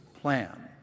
plan